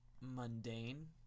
mundane